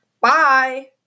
Bye